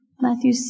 Matthew